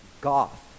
goth